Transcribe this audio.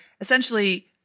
essentially